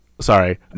sorry